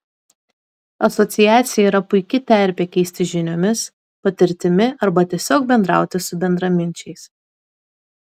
asociacija yra puiki terpė keistis žiniomis patirtimi arba tiesiog bendrauti su bendraminčiais